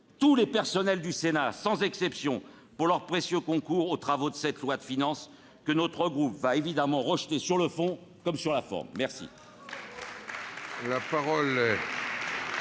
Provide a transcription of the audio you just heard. tous les personnels du Sénat, sans exception, de leur précieux concours aux travaux de ce projet de loi de finances, que notre groupe va évidemment rejeter, sur le fond comme sur la forme. La